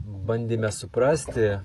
bandėme suprasti